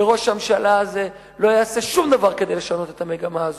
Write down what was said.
וראש הממשלה הזה לא יעשה שום דבר כדי לשנות את המגמה הזאת,